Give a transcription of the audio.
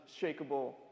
unshakable